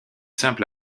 simple